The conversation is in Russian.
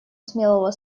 смелого